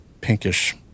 pinkish